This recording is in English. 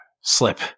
slip